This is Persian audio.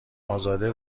ازاده